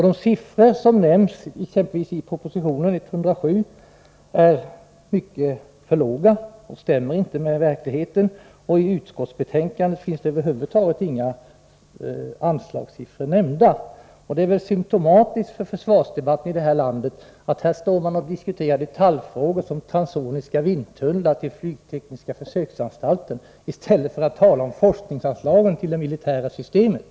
De siffror som nämns exempelvis i proposition 107 är mycket för låga — de stämmer inte med verkligheten. I utskottsbetänkandet finns över huvud taget inga anslagssiffror nämnda. Det är väl symptomatiskt för försvarsdebatten i detta land att här står .nan och diskuterar detaljfrågor, som transsoniska vindtunnlar till flygtekniska försöksanstalten, i stället för att tala om forskningsanslagen till det militära systemet.